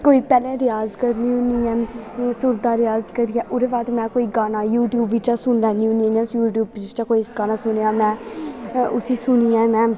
कोई पैह्लें रिआज करनी होन्नी ऐं सुर दा रिआज करियै ओह्दे बाद में कोई गाना यूट्यूब बिच्चा सुन लैन्नी होन्नी इन्नां यूट्यूब बिच्चा कोई गाना सुनेआ में फिर उस्सी सुनियै में